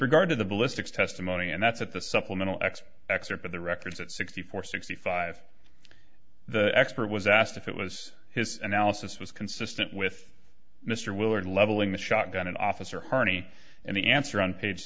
regard to the ballistics testimony and that's at the supplemental x excerpt of the records at sixty four sixty five the expert was asked if it was his analysis was consistent with mr willard leveling the shotgun and officer harney and the answer on page